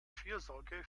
fürsorge